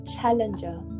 challenger